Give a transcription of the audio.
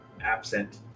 absent